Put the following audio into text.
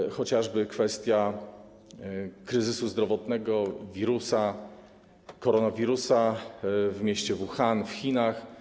Jest chociażby kwestia kryzysu zdrowotnego, koronowirusa w mieście Wuhan w Chinach.